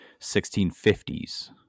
1650s